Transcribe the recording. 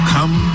Come